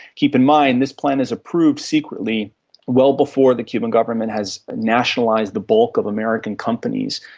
keep in mind, this plan is approved secretly well before the cuban government has nationalised the bulk of american companies,